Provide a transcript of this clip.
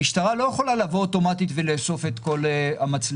המשטרה לא יכולה לבוא אוטומטית ולאסוף את כל המצלמות.